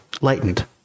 lightened